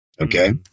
Okay